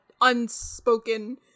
unspoken